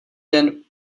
den